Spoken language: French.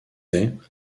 est